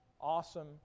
awesome